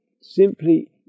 simply